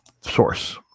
source